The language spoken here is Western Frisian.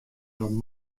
dat